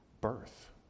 birth